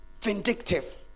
vindictive